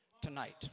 tonight